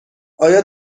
آیا